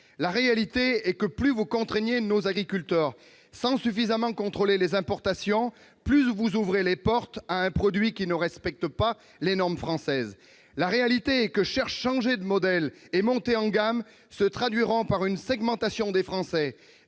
La réalité, c'est que plus vous contraignez nos agriculteurs sans suffisamment contrôler les importations, plus vous ouvrez la porte à des produits qui ne respectent pas les normes françaises ! La réalité, c'est que changer de modèle et monter en gamme se traduira par une segmentation des Français